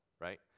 right